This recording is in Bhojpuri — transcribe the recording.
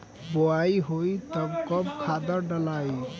बोआई होई तब कब खादार डालाई?